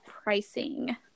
pricing